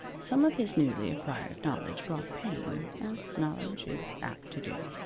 some of his newly acquired knowledge brought pain, as knowledge is apt to do.